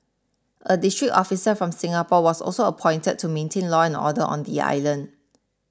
a district officer from Singapore was also appointed to maintain law and order on the island